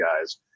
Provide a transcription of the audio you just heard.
guys